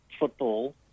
Football